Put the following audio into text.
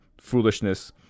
foolishness